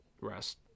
rest